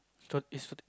short is